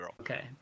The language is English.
Okay